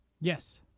Yes